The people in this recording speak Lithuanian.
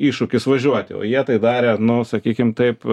iššūkis važiuoti o jie tai darė na sakykime taip